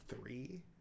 three